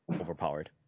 overpowered